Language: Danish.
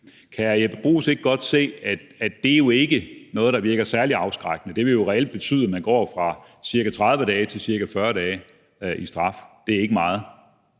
hr. Jeppe Bruus ikke godt se, at det jo ikke er noget, der virker særlig afskrækkende? Det vil jo reelt betyde, at man går fra ca. 30 dage til ca. 40 dage i straf. Det er ikke meget.